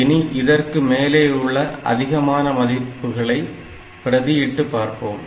இனி இதற்கும் மேலேயுள்ள அதிகமான மதிப்புகளை பிரதி இட்டு பார்ப்போம்